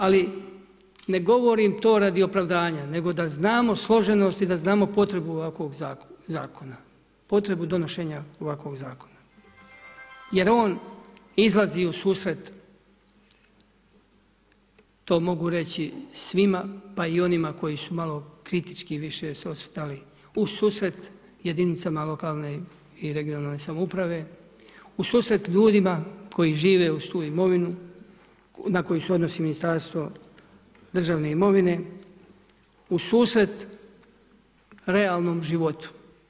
Ali, ne govorim to radi opravdanja, nego da znamo složenosti, da znamo potrebu ovakvog zakona, potrebu donošenja ovakvog zakona, jer on izlazi u susret to mogu reći, svima, pa i onima koji su malo kritički više su osvrtali u susret jedinice lokalne i regionalne samouprave, ususret ljudima koji žive uz tu imovinu, na koje se odnosi Ministarstvo državne imovine, u susret realnom životu.